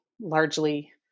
largely